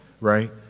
right